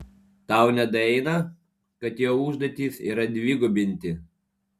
tau nedaeina kad jo užduotis yra dvigubinti